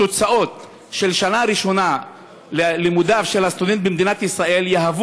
התוצאות של השנה הראשונה ללימודיו של הסטודנט במדינת ישראל יהוו